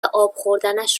آبخوردنش